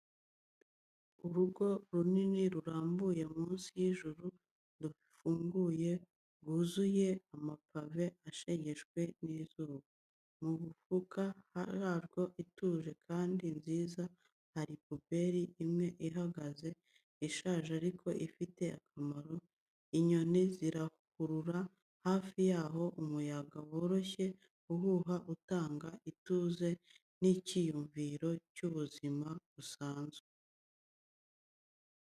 Urugo runini rurambuye munsi y’ijuru rifunguye, rwuzuye amapave ashegeshwe n’izuba. Mu mfuruka yaryo ituje kandi nziza, hari puberi imwe ihagaze—ishaje ariko ifite akamaro. Inyoni zirahurura hafi aho, umuyaga woroshye uhuha, utanga ituze n’icyiyumviro cy’ubuzima busanzwe.